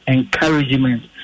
Encouragement